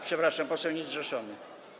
Przepraszam, poseł niezrzeszony.